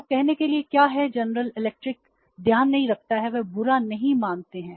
तो कहने के लिए क्या है जनरल इलेक्ट्रिक ध्यान नहीं रखता है वे बुरा नहीं मानते हैं